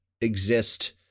exist